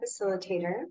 facilitator